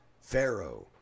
Pharaoh